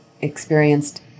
experienced